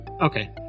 Okay